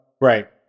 Right